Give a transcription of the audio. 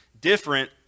different